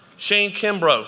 shane kimbrough,